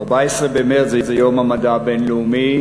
14 במרס הוא יום המדע הבין-לאומי.